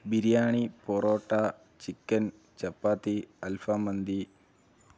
biryani parotta chicken chapati അൽഫാം മന്തി